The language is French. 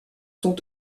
sont